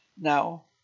now